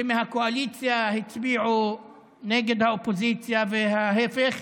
שמהקואליציה הצביעו נגד האופוזיציה וההפך.